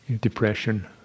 depression